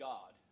God